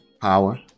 power